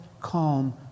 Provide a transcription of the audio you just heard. calm